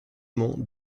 mont